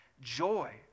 joy